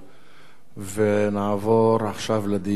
ונעבור עכשיו לדיון הסיעתי.